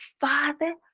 father